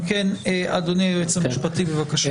אם כן, אדוני היועץ המשפטי, בבקשה.